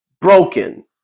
broken